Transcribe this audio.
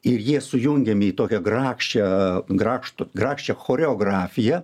ir jie sujungiami į tokią grakščią grakštų grakščią choreografiją